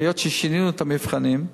היות ששינינו את המבחנים,